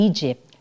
Egypt